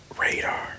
Radar